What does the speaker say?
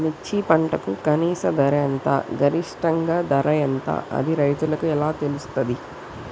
మిర్చి పంటకు కనీస ధర ఎంత గరిష్టంగా ధర ఎంత అది రైతులకు ఎలా తెలుస్తది?